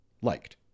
liked